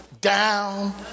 Down